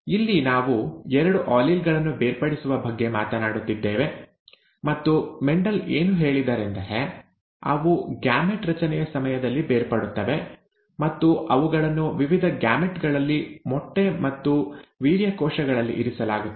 ಇಲ್ಲಿ ನಾವು ಎರಡು ಆಲೀಲ್ ಗಳನ್ನು ಬೇರ್ಪಡಿಸುವ ಬಗ್ಗೆ ಮಾತನಾಡುತ್ತಿದ್ದೇವೆ ಮತ್ತು ಮೆಂಡೆಲ್ ಏನು ಹೇಳಿದರೆಂದರೆ ಅವು ಗ್ಯಾಮೆಟ್ ರಚನೆಯ ಸಮಯದಲ್ಲಿ ಬೇರ್ಪಡುತ್ತವೆ ಮತ್ತು ಅವುಗಳನ್ನು ವಿವಿಧ ಗ್ಯಾಮೆಟ್ ಗಳಲ್ಲಿ ಮೊಟ್ಟೆ ಮತ್ತು ವೀರ್ಯ ಕೋಶಗಳಲ್ಲಿ ಇರಿಸಲಾಗುತ್ತದೆ